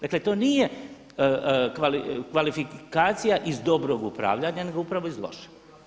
Dakle to nije kvalifikacija iz dobrog upravljanja nego upravo iz lošeg.